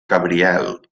cabriel